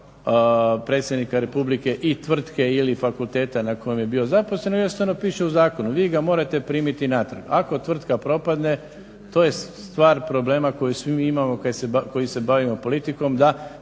predsjednika republike, i tvrtke ili fakulteta na kojem je bio zaposlen, jednostavno piše u zakonu vi ga morate primiti natrag. Ako tvrtka propadne to je stvar problema koji svi mi imamo koji se bavimo politikom, da